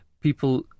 People